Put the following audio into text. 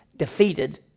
defeated